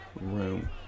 room